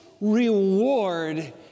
reward